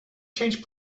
change